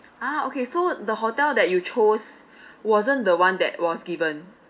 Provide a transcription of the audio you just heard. ah okay so the hotel that you chose wasn't the one that was given